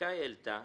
הבדיקה העלתה